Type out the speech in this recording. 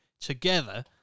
together